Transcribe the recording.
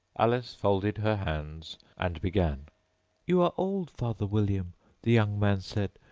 alice folded her hands, and began you are old, father william the young man said,